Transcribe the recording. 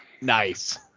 Nice